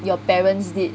your parents did